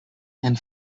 and